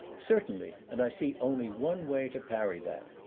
certainly, and i see only one way to parry that.